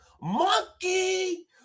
Monkey